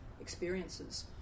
experiences